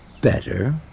Better